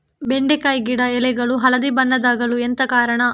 ಬೆಂಡೆಕಾಯಿ ಗಿಡ ಎಲೆಗಳು ಹಳದಿ ಬಣ್ಣದ ಆಗಲು ಎಂತ ಕಾರಣ?